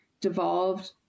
devolved